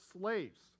slaves